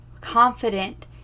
confident